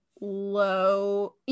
low